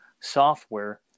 software